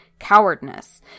cowardness